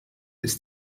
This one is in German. ist